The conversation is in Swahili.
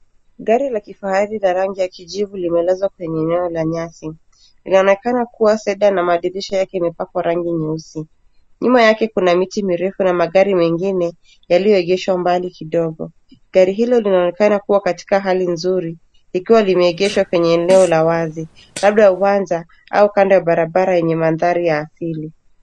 Gari la kifahari la rangi ya kijivu limelazwa kwenye eneo la nyasi. Inaonekana kuwa seda na madirisha yake imepakwa rangi nyeusi. Nyuma yake kuna miti mirefu na magari mengine yaliyoegeshwa mbali kidogo. Gari hilo linaonekana kuwa katika hali nzuri likiwa limeegeshwa kwenye eneo la wazi labda uwanja au kando ya barabara yenye mandhari ya asili.